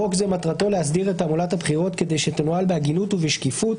חוק זה מטרתו להסדיר את תעמולת הבחירות כדי שתנוהל בהגינות ובשקיפות,